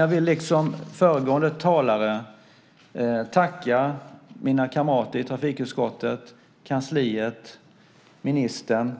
Jag vill liksom föregående talare tacka mina kamrater i trafikutskottet, kansliet och ministern